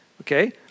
okay